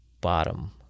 bottom